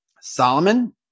Solomon